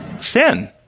Sin